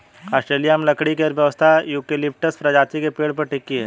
Australia में लकड़ी की अर्थव्यवस्था यूकेलिप्टस प्रजाति के पेड़ पर टिकी है